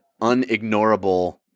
unignorable